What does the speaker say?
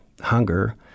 Hunger